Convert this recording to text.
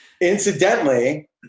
Incidentally